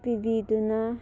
ꯄꯤꯕꯤꯗꯨꯅ